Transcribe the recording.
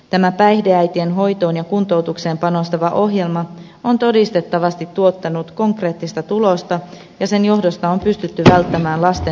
tämä päihdeäitien hoitoon ja kuntoutukseen panostava ohjelma on todistettavasti tuottanut konkreettista tulosta ja sen johdosta on pystytty välttämään lasten huostaanottoja